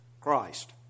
Christ